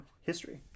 history